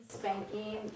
spanking